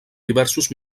diversos